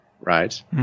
right